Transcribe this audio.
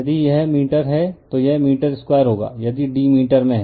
यदि यह मीटर है तो यह मीटर2 होगा यदि d मीटर में है